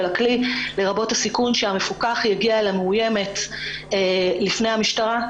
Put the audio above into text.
הכלי לרבות הסיכון שהמפוקח יגיע למאוימת לפני המשטרה.